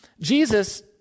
Jesus